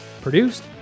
produced